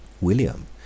William